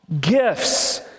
Gifts